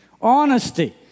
Honesty